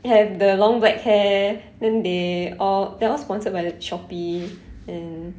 they have the long black hair then they all they're all sponsored by like Shopee and